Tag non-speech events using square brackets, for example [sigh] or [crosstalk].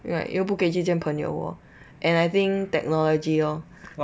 like 又不可以去见朋友 [noise] and I think technology lor